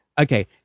Okay